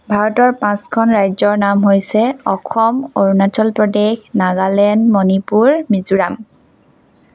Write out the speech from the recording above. ভাৰতৰ পাঁচখন ৰাজ্যৰ নাম হৈছে অসম অৰুণাচল প্ৰদেশ নাগালেণ্ড মণিপুৰ মিজোৰাম